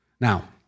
Now